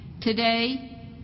Today